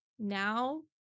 now